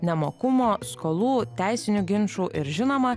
nemokumo skolų teisinių ginčų ir žinoma